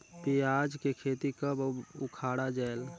पियाज के खेती कब अउ उखाड़ा जायेल?